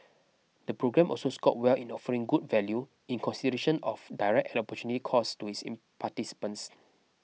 the programme also scored well in offering good value in consideration of direct opportunity costs to its in participants